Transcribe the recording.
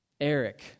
Eric